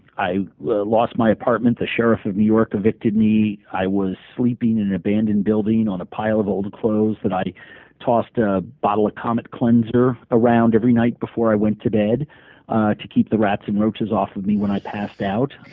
i lost my apartment. the sheriff of new york evicted me. i was sleeping in an abandoned building on a pile of old clothes that i tossed a bottle of comet cleanser around every night before i went to bed to keep the rats and roaches off of me when i passed out.